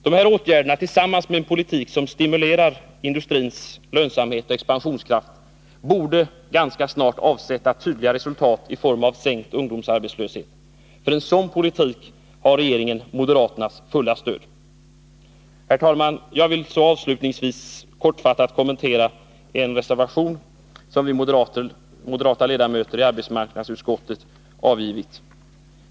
Dessa åtgärder, tillsammans med en politik som stimulerar industrins lönsamhet och expansionskraft, borde ganska snart avsätta tydliga resultat i form av minskad ungdomsarbetslöshet. För en sådan politik har regeringen moderaternas fulla stöd. Herr talman! Jag vill så avslutningsvis kortfattat kommentera en reservation som vi moderata ledamöter i arbetsmarknadsutskottet har avgivit.